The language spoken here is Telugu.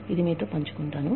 ఇది మీతో పంచుకుంటాను